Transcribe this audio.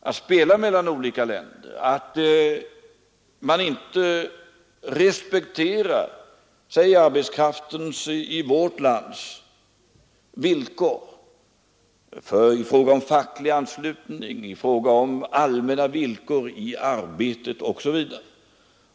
att spela mellan olika länder. Vederbörande företag måste, menar jag, respektera exempelvis de villkor som arbetskraften har i vårt land i vad gäller facklig anslutning, allmänna arbetsvillkor osv.